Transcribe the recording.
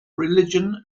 religion